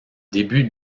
début